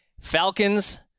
Falcons